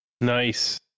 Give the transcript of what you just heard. Nice